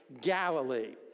Galilee